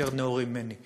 נאורים יותר ממני,